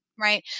right